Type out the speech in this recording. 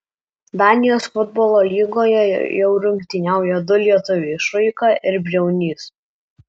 danijos futbolo lygoje jau rungtyniauja du lietuviai šuika ir briaunys